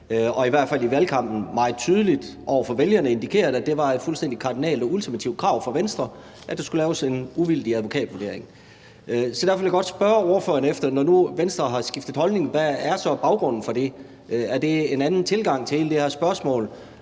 har i hvert fald i valgkampen meget tydeligt over for vælgerne indikeret, at det var et fuldstændig kardinalt og ultimativt krav for Venstre, at der skulle laves en uvildig advokatvurdering. Så derfor vil jeg godt spørge ordføreren: Når nu Venstre har skiftet holdning, hvad er så baggrunden for det? Er det en anden tilgang til hele det her spørgsmål,